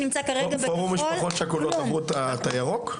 פורום משפחות שכולות עברו את הירוק?